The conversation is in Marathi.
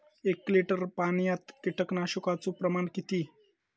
एक लिटर पाणयात कीटकनाशकाचो प्रमाण किती?